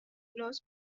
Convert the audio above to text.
los